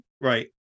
right